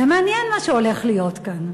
זה מעניין מה שהולך להיות כאן.